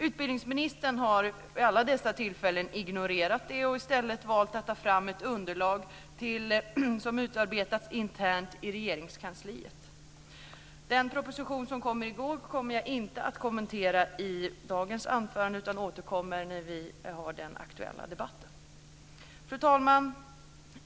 Utbildningsministern har vid alla dessa tillfällen ignorerat det och i stället valt att ta fram ett underlag som utarbetats internt i Regeringskansliet. Den proposition som lades fram i går kommer jag inte att kommentera i dagens anförande, utan jag återkommer när vi för den aktuella debatten. Fru talman!